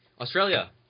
Australia